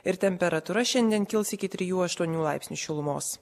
ir temperatūra šiandien kils iki trijų aštuonių laipsnių šilumos